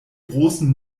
großen